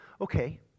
okay